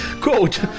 Quote